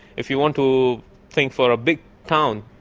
if you want to think for a big town,